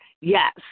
Yes